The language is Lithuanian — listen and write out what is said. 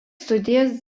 studijas